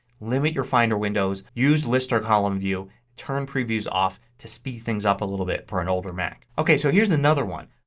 limit your finder windows, use list or column view, turn previews off to speed things up for a little bit for an older mac. okay, so here's another one.